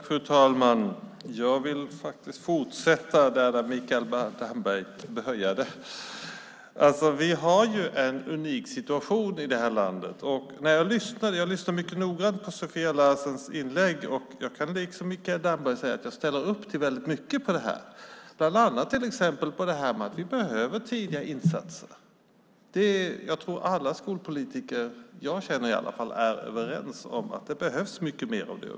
Fru talman! Jag vill fortsätta där Mikael Damberg slutade. Vi har en unik situation i landet. Jag lyssnade mycket noggrant på Sofia Larsens inlägg, och jag kan liksom Mikael Damberg säga att jag ställer upp på mycket av det som sades, bland annat att vi behöver göra tidiga insatser. Det tror jag att alla skolpolitiker, åtminstone de jag känner, är överens om. Det behövs mycket mer av det.